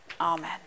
Amen